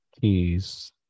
Keys